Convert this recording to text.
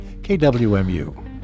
KWMU